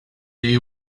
they